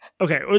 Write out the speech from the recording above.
okay